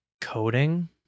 coding